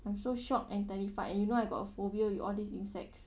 I'm so shocked and terrified and you know I got phobia with all these insects